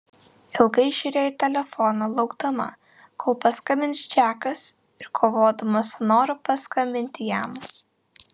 ilgai žiūrėjo į telefoną laukdama kol paskambins džekas ir kovodama su noru paskambinti jam